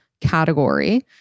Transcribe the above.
category